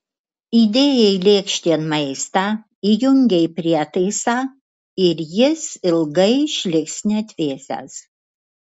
įdėjai lėkštėn maistą įjungei prietaisą ir jis ilgai išliks neatvėsęs